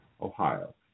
Ohio